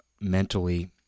mentally